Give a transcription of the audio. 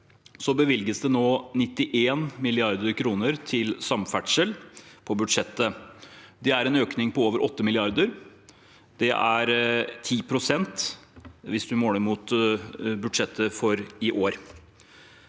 SV bevilges det nå 91 mrd. kr til samferdsel på budsjettet. Det er en økning på over 8 mrd. kr, og det er 10 pst., hvis man måler mot budsjettet for i år.